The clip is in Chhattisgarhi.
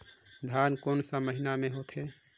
धान कोन महीना मे होथे?